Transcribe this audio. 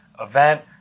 event